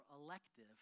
elective